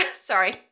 Sorry